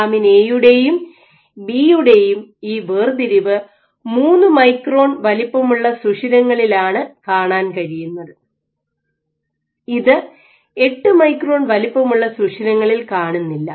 lamin എയുടെയും ബിയുടെയും ഈ വേർതിരിവ് മൂന്ന് മൈക്രോൺ വലിപ്പമുള്ള സുഷിരങ്ങളിലാണ് കാണാൻ കഴിയുന്നത് ഇത് 8 മൈക്രോൺ വലിപ്പമുള്ള സുഷിരങ്ങളിൽ കാണുന്നില്ല